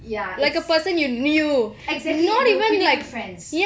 ya it's exactly and they were pretty good friends